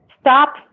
stop